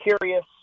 curious